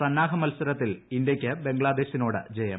സന്നാഹ മത്സരത്തിൽ ഇന്ത്യയ്ക്ക് ബംഗ്ലാദേശിനോട് ജയം